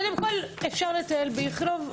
לא איך לקחת מבתי החולים.